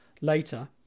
later